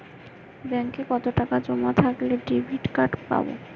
ব্যাঙ্কে কতটাকা জমা থাকলে ডেবিটকার্ড পাব?